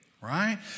right